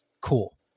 cool